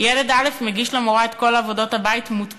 ילד א' מגיש למורה את כל העבודות מודפסות,